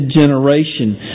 generation